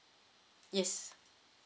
yes